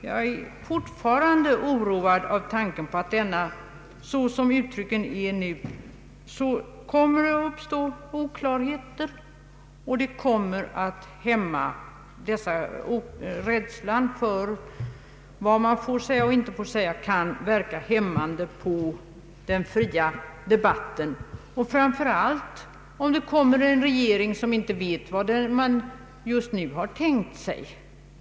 Jag är fortfarande oroad vid tanken på att — såsom uttrycken nu är — det kommer att uppstå oklarheter och att rädslan för vad som får sägas och inte sägas kan verka hämmande på den fria debatten, framför allt om det kommer en regering som inte vet vad man just nu har tänkt sig.